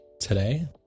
today